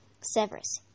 Severus